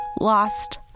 lost